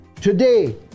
today